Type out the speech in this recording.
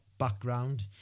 background